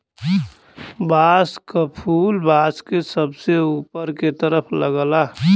बांस क फुल बांस के सबसे ऊपर के तरफ लगला